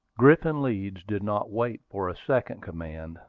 griffin leeds did not wait for a second command,